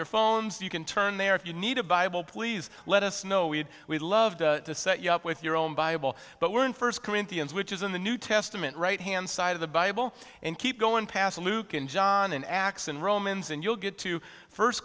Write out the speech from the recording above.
your phones you can turn there if you need a bible please let us know we had we loved to set you up with your own bible but were in first corinthians which is in the new testament right hand side of the bible and keep going past luke and john in acts and romans and you'll get to first